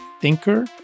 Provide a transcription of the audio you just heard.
thinker